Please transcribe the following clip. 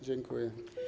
Dziękuję.